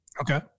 Okay